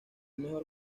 mejor